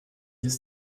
ist